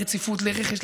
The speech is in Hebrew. לרציפות ולרכש,